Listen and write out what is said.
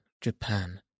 Japan